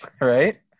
Right